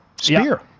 Spear